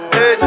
Hey